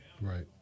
Right